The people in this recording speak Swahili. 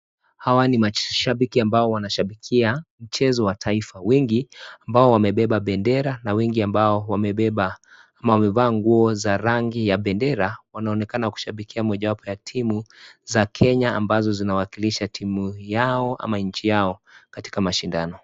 Hawa ni mashabiki ambao wanashabikia mchezo wa taifa, wengi ambao wamebeba bendera na wengi ambao wamebeba ama wamevaa nguo za rangi ya bendera wanaonekana kushabikia mojawapo ya timu za Kenya ambazo zinawakilisha timu yao ama nchi yao katika mashindano.